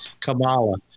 Kamala